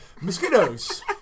Mosquitoes